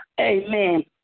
Amen